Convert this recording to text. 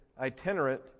itinerant